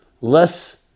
less